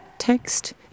Text